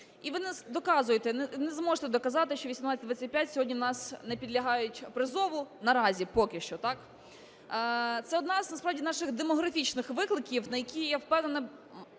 не зможете доказати, що 18-25 сьогодні в нас не підлягають призову наразі поки що, так. Це один насправді з наших демографічних викликів, на які, я впевнена,